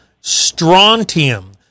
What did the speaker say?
strontium